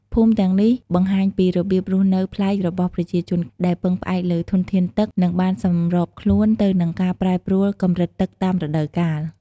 ភូមិទាំងនេះបង្ហាញពីរបៀបរស់នៅប្លែករបស់ប្រជាជនដែលពឹងផ្អែកលើធនធានទឹក និងបានសម្របខ្លួនទៅនឹងការប្រែប្រួលកម្រិតទឹកតាមរដូវកាល។